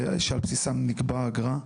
שעל בסיסם נקבע האגרה?